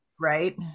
Right